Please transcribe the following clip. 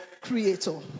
creator